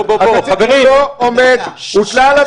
הוטלה עליו